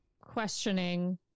questioning